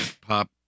pop